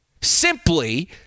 simply